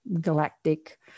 galactic